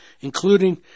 including